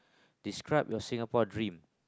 describe your Singapore dream